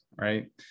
right